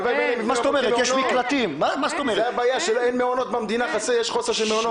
הלוואי, אין מעונות במדינה, יש חוסר של מעונות.